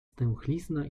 stęchlizna